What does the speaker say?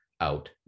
out